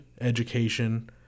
education